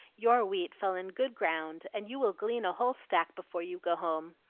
your wheat fell in good ground, and you will glean a whole stack before you go home.